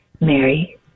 Mary